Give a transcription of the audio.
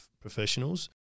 professionals